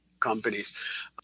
companies